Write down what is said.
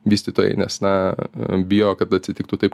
vystytojai nes na bijo kad atsitiktų taip